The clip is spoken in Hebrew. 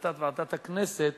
החלטת ועדת הכנסת